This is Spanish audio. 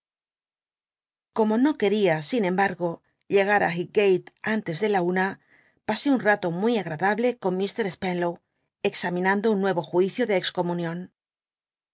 como no queria sin embargo llegar á highgate antes de la una pasé un ralo muy agradable con ifr spcnlow examinando un nuevo juicio de exromunion